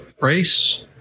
race—